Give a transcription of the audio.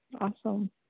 Awesome